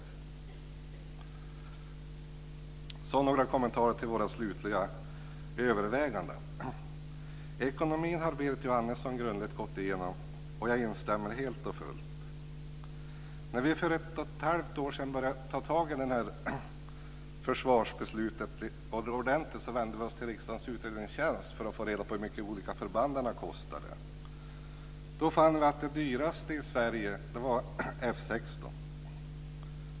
Jag har också några kommentarer till våra slutliga överväganden. Ekonomin har Berit Jóhannesson grundligt gått igenom och jag instämmer helt och fullt. När vi för ett och ett halvt år sedan började ta tag i det här försvarsbeslutet ordentligt vände vi oss till riksdagens utredningstjänst för att få reda på hur mycket de olika förbanden kostade. Då fann vi att det dyraste i Sverige var F 16.